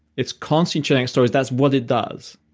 it's constantly telling stories. that's what it does.